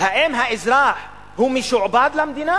האם האזרח משועבד למדינה